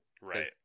Right